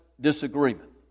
disagreement